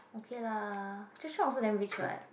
okay lah Joshua also damn rich [what]